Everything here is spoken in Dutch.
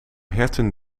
herten